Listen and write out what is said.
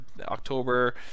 October